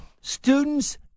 Students